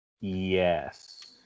Yes